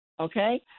Okay